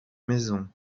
maisons